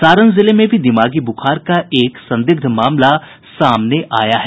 सारण जिले में भी दिमागी बुखार का एक संदिग्ध मामला सामने आया है